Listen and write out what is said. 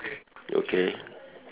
okay